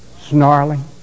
snarling